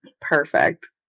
Perfect